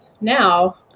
now